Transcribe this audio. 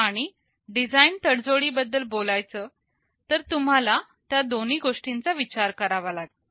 आणि डिझाईन तडजोडी बद्दल बोलायचं तर तुम्हाला त्या दोन्ही गोष्टींचा विचार करावा लागेल